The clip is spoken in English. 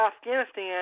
Afghanistan